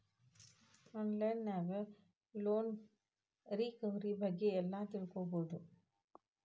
on line ನ್ಯಾಗ loan recovery ಬಗ್ಗೆ ಎಲ್ಲಾ ತಿಳ್ಕೊಬೊದು